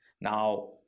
Now